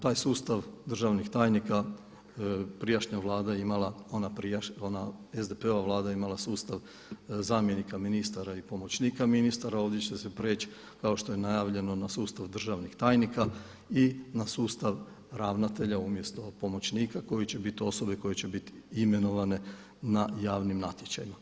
Taj sustav državnih tajnika prijašnja vlada je imala, ona SPD-ova vlada imala sustav zamjenika ministara i pomoćnika ministara, ovdje će se prijeći kao što je najavljeno na sustav državnih tajnika i na sustav ravnatelja umjesto pomoćnika koji će biti osobe koje će biti imenovane na javnim natječajima.